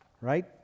right